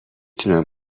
تونم